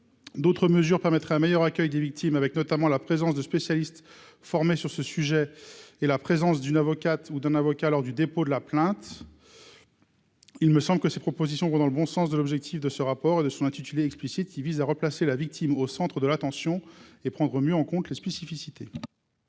d'autres mesures permettraient un meilleur accueil des victimes avec notamment la présence de spécialistes formés sur ce sujet et la présence d'une avocate ou d'un avocat lors du dépôt de la plainte. Il me semble que ses propositions vont dans le bon sens de l'objectif de ce rapport et de son intitulé explicite, il vise à replacer la victime au centre de l'attention et prendre mieux en compte les spécificités.